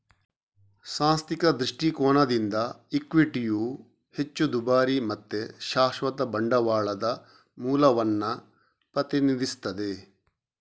ಸಾಂಸ್ಥಿಕ ದೃಷ್ಟಿಕೋನದಿಂದ ಇಕ್ವಿಟಿಯು ಹೆಚ್ಚು ದುಬಾರಿ ಮತ್ತೆ ಶಾಶ್ವತ ಬಂಡವಾಳದ ಮೂಲವನ್ನ ಪ್ರತಿನಿಧಿಸ್ತದೆ